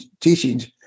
teachings